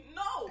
no